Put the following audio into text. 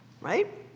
right